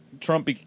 Trump